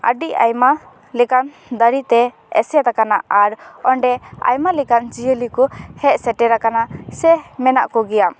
ᱟᱹᱰᱤ ᱟᱭᱢᱟ ᱞᱮᱠᱟᱱ ᱫᱟᱨᱮᱛᱮ ᱮᱥᱮᱫ ᱟᱠᱟᱱᱟ ᱟᱨ ᱚᱸᱰᱮ ᱟᱭᱢᱟ ᱞᱮᱠᱟ ᱡᱤᱭᱟᱹᱞᱤ ᱠᱚ ᱦᱮᱡ ᱥᱮᱴᱮᱨ ᱟᱠᱟᱱᱟ ᱥᱮ ᱢᱮᱱᱟᱜ ᱠᱚ ᱜᱮᱭᱟ